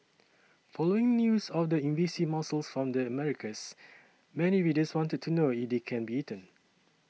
following news of the invasive mussel from the Americas many readers wanted to know if they can be eaten